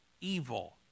evil